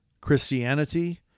Christianity